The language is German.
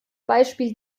beispiel